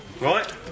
right